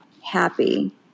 Happy